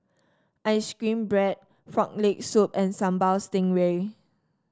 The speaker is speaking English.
ice cream bread Frog Leg Soup and Sambal Stingray